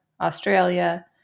australia